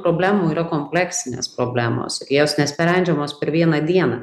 problemų yra kompleksinės problemos ir jos nesprendžiamos per vieną dieną